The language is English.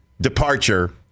departure